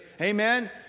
Amen